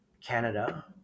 Canada